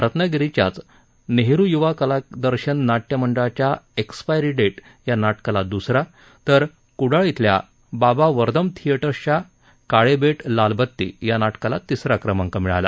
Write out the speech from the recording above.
रत्नागिरीच्याच नेहरू यूवा कलादर्शन नाट्य मंडळाच्या एक्स्पायरी डेट या नाटकाला दुसरा तर कुंडाळ इथल्या बाबा वर्दम थिएटर्सच्या काळे बेट लाल बत्ती नाटकाला तिसरा क्रमांक मिळाला